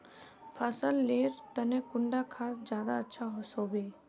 फसल लेर तने कुंडा खाद ज्यादा अच्छा सोबे?